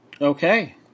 okay